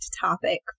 topic